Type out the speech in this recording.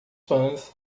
fãs